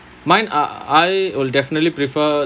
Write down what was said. mine uh I will definitely prefer